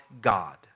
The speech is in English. God